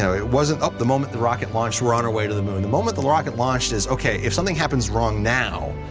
so it wasn't up the moment the rocket launch, we're on our way to the moon. the moment the rocket launched is okay if something happens wrong now,